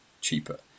cheaper